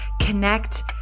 connect